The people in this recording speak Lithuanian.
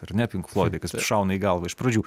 ar ne pink floidai kas šauna į galvą iš pradžių